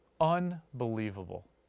Unbelievable